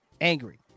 angry